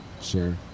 sure